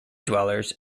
dwellers